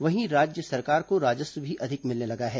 वहीं राज्य सरकार को राजस्व भी अधिक मिलने लगा है